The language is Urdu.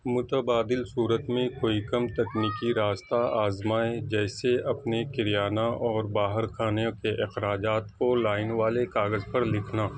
متبادل صورت میں کوئی کم تکنیکی راستہ آزمائیں جیسے اپنے کریانہ اور باہر کھانے کے اخراجات کو لائن والے کاغذ پر لکھنا